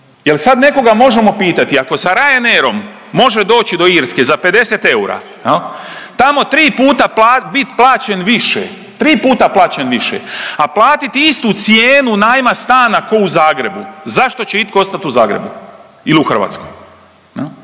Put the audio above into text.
Jel sad nekoga možemo pitati ako sa Ryanair može doći do Irske za 50 eura jel, tamo 3 puta bit plaćen više, 3 puta plaćen više, a platiti istu cijenu najma stana ko u Zagrebu, zašto će itko ostati u Zagrebu ili u Hrvatskoj